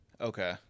Okay